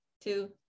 two